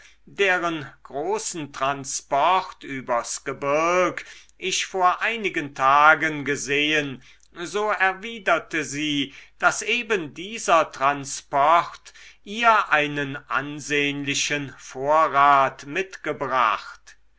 deren großen transport übers gebirg ich vor einigen tagen gesehen so erwiderte sie daß eben dieser transport ihr einen ansehnlichen vorrat mitgebracht